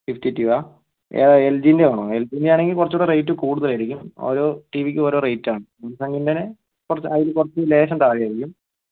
fifty ടുവാ ഏതാ എൽ ജിൻറ്റെ ആണോ എൽ ജിൻറ്റെ ആണെങ്കിൽ കുറച്ചു കൂടെ റേറ്റ് കൂടുതലായിരിക്കും ഓരോ ടിവിക്കും ഓരോ റേറ്റാണ് ഇതിപ്പോൾ അങ്ങനെ അതിന് കുറച്ച് ലേശം താഴെയായിരിക്കും